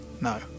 No